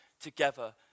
together